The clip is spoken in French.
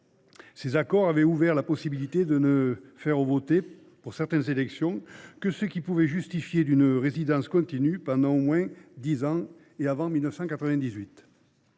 Ces accords ont ouvert la possibilité de ne faire voter, pour certaines élections, que ceux qui pouvaient justifier d’une résidence continue pendant au moins dix ans avant 1998.